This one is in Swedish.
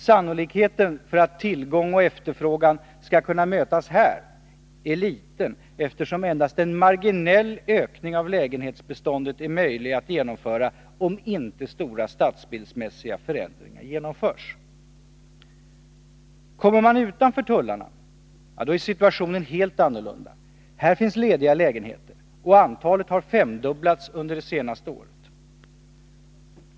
Sannolikheten för att tillgång och efterfrågan skall kunna mötas här är liten, eftersom endast en marginell ökning av lägenhetsbeståndet är möjlig att genomföra om inte stora stadsbildsmässiga förändringar genomförs. Kommer man utanför tullarna är situationen helt annorlunda. Här finns lediga lägenheter, och antalet har femdubblats under de senaste åren.